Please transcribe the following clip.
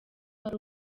hari